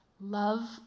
love